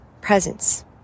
presence